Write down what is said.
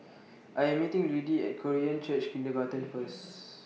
I Am meeting Ludie At Korean Church Kindergarten First